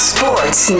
Sports